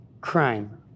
Crime